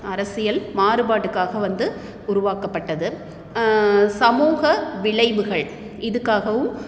அரசியல் மாறுபாட்டுக்காக வந்து உருவாக்கப்பட்டது சமூக விளைவுகள் இதுக்காகவும்